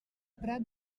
prat